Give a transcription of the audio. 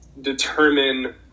determine